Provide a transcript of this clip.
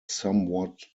somewhat